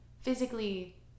physically